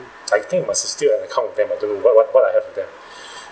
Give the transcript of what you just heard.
I think must still have account with them I don't know what what I have with them